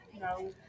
No